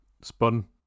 spun